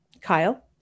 Kyle